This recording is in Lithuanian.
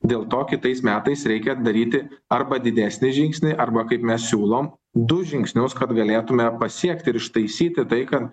dėl to kitais metais reikia daryti arba didesnį žingsnį arba kaip mes siūlom du žingsnius kad galėtume pasiekti ir ištaisyti tai ką